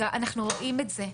אנחנו רואים את זה.